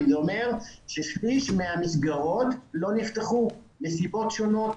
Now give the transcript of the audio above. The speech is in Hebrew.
אומר ששליש מהמסגרות לא נפתחו מסיבות שונות.